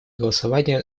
голосование